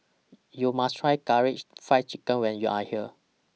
YOU must Try Karaage Fried Chicken when YOU Are here